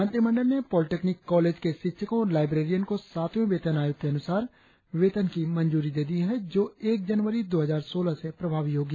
मंत्रिमंडल ने polytechnic college के शिक्षकों और लाईब्रेरियन को सातवें वेतन आयोग के अनुसार वेतन की मंजूरी दे दी है जो एक जनवरी दो हजार सोलह से प्रभावी होगी